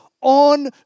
on